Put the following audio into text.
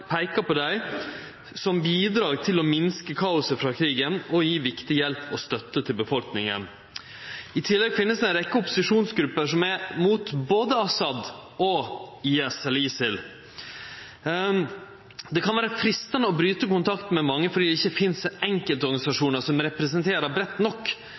peika på dei som bidrag til å minske kaoset frå krigen og gje viktig hjelp og støtte til befolkninga. I tillegg finst det ei rekkje opposisjonsgrupper som er mot både Assad og ISIL. Det kan vere freistande å bryte kontakten med mange fordi det ikkje finst enkeltorganisasjonar som representerer breitt nok,